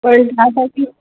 पण त्यासाठी